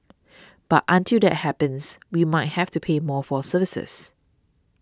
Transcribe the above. but until that happens we might have to pay more for services